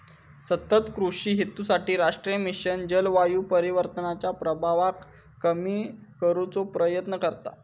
सतत कृषि हेतूसाठी राष्ट्रीय मिशन जलवायू परिवर्तनाच्या प्रभावाक कमी करुचो प्रयत्न करता